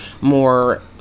more